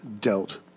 dealt